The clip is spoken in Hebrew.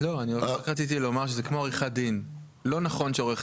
רק רציתי לומר שזה כמו עריכת דין: לא נכון שעורך